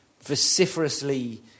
vociferously